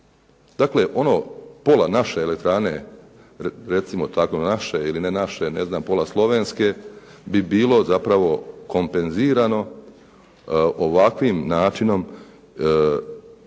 Dakle, ono pola naše elektrane, recimo tako naše ili ne naše ne znam pola slovenske, bi bilo zapravo kompenzirano ovakvim načinom štednje,